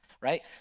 right